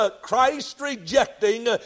Christ-rejecting